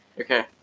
Okay